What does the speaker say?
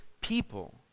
people